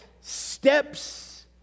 steps